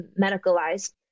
medicalized